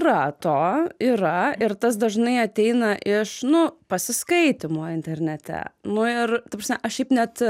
yra to yra ir tas dažnai ateina iš nu pasiskaitymo internete nu ir ta prasme aš šiaip net